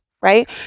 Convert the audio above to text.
right